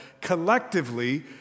collectively